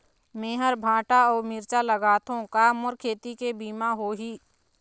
मेहर भांटा अऊ मिरचा लगाथो का मोर खेती के बीमा होही?